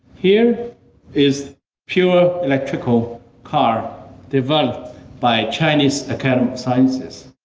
here is pure electric ah car developed by chinese academy of sciences.